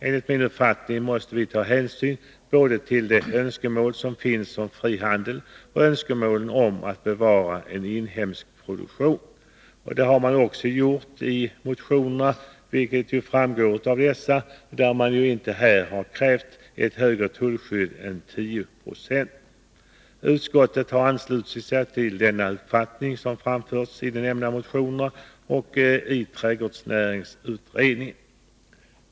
Enligt min uppfattning måste vi ta hänsyn till de önskemål som finns både om frihandel och om bevarandet av en inhemsk produktion. Det har man också gjort i motionerna. Man har inte krävt mer än 10 26 när det gäller tullskyddet. Utskottet har anslutit sig till den uppfattning som framförts i nämnda motioner och i trädgårdsnäringsutredningen.